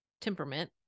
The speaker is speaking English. temperament